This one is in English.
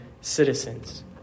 citizens